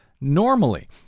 normally